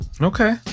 okay